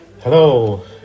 hello